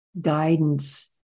guidance